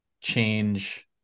change